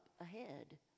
ahead